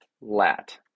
lat